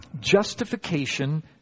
justification